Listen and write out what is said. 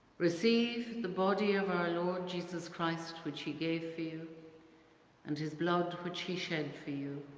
receive the body of our lord jesus christ which he gave for you and his blood which he shed for you,